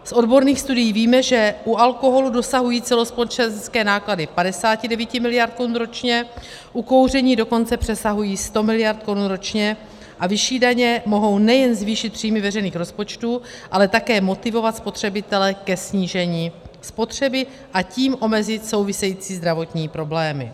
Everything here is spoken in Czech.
Z odborných studií víme, že u alkoholu dosahují celospolečenské náklady 59 mld. korun ročně, u kouření dokonce přesahují 100 mld. korun ročně a vyšší daně mohou nejen zvýšit příjmy veřejných rozpočtů, ale také motivovat spotřebitele ke snížení spotřeby, a tím omezit související zdravotní problémy.